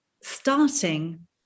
starting